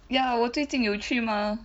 ya 我最近有去吗